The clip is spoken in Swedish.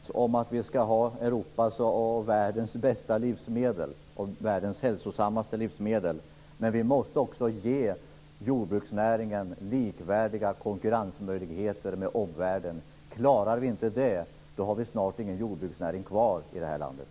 Fru talman! Vi är helt överens om att vi skall ha Europas och världens bästa och hälsosammaste livsmedel. Men vi måste också ge jordbruksnäringen likvärdiga konkurrensmöjligheter med omvärlden. Klarar vi inte det har vi snart ingen jordbruksnäring kvar i det här landet.